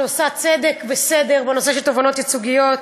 שעושה צדק וסדר בנושא התובענות הייצוגיות.